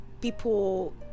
people